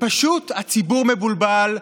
ופשוט הציבור מבולבל,